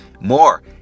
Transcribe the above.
more